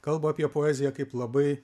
kalba apie poeziją kaip labai